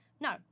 No